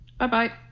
Bye-bye